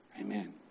Amen